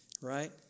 right